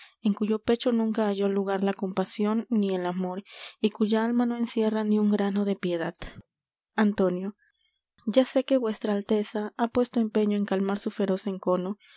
en cuyo pecho nunca halló lugar la compasion ni el amor y cuya alma no encierra ni un grano de piedad antonio ya sé que v a ha puesto empeño en calmar su feroz encono